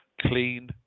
clean